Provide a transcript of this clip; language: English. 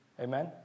amen